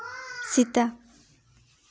ᱥᱮᱛᱟ